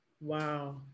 Wow